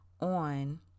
on